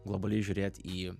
globaliai žiūrėt į